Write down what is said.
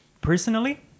personally